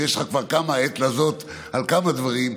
ויש לך כבר כמה "לעת הזאת" על כמה דברים,